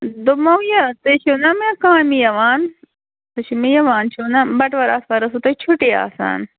دوٚپمو یہِ تُہۍ چھُو نا مےٚ کامہِ یِوان تُہۍ چھِ مےٚ یِوان چھُو نہ بَٹوار آتھوار ٲسوٕ تۄہہِ چھُٹی آسان